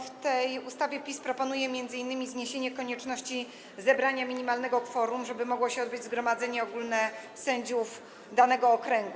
W tej ustawie PiS proponuje m.in. zniesienie konieczności zebrania minimalnego kworum, żeby np. mogło się odbyć zgromadzenie ogólne sędziów danego okręgu.